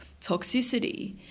Toxicity